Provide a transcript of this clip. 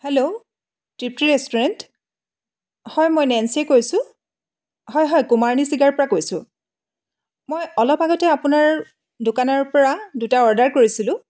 hello Tripti restaurant হয় মই নেঞ্চিয়ে কৈছোঁ হয় হয় কুমাৰণীছিগাৰ পৰা কৈছোঁ মই অলপ আগতে আপোনাৰ দোকানৰ পৰা দুটা অৰ্ডাৰ কৰিছিলোঁ